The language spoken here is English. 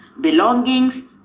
belongings